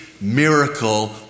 miracle